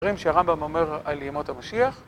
דברים שהרמב״ם אומר על ימות המשיח